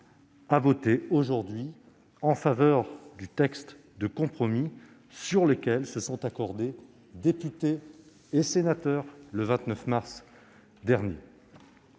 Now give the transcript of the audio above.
à voter en faveur du texte de compromis sur lequel se sont accordés députés et sénateurs, le 29 mars dernier.